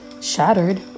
shattered